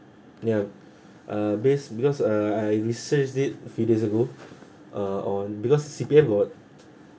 ya uh based because uh I researched it few days ago uh on because C_P_F got